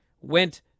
went